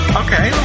okay